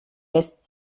lässt